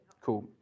Cool